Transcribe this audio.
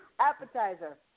appetizer